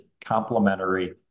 complementary